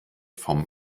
vom